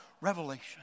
revelation